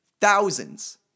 thousands